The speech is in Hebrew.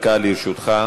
דקה לרשותך.